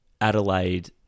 Adelaide